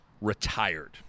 retired